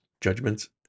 Judgments